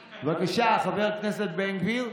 בבקשה, חבר הכנסת בן גביר.